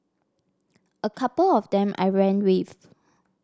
a couple of them I ran with